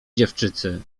dziewczycy